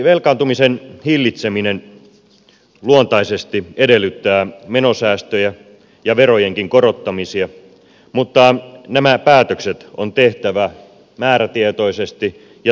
velkaantumisen hillitseminen luontaisesti edellyttää menosäästöjä ja verojenkin korottamisia mutta nämä päätökset on tehtävä määrätietoisesti ja taiten